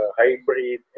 hybrid